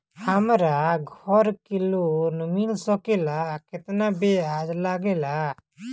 हमरा घर के लोन मिल सकेला केतना ब्याज लागेला?